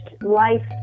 life